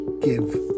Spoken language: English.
give